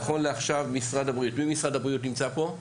נכון לעכשיו, מי ממשרד הבריאות נמצא פה?